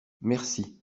merci